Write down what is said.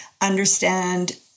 understand